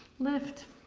lift.